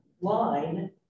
line